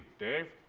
dave?